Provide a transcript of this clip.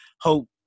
hope